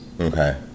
Okay